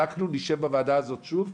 אנחנו נשב בוועדה הזאת שוב.